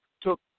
took